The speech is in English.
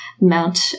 mount